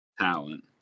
talent